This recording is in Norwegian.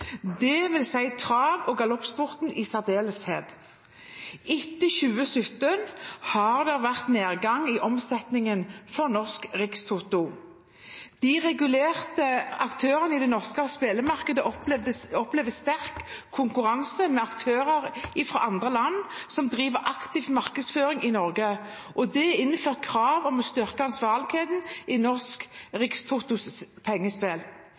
trav- og galoppsporten i særdeleshet. Etter 2017 har det vært en nedgang i omsetningen hos Norsk Rikstoto. De regulerte aktørene i det norske spillmarkedet opplever sterk konkurranse fra aktører i andre land som driver aktiv markedsføring i Norge, og det er innført krav som skal styrke ansvarligheten i Norsk